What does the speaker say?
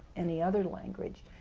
any other language,